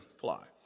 fly